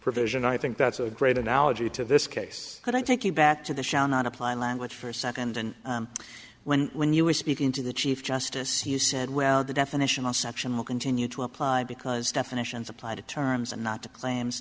provision i think that's a great analogy to this case but i take you back to the shall not apply language for a second and when when you were speaking to the chief justice you said well the definition of section will continue to apply because definitions apply to terms and not to claims